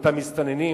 אותם מסתננים,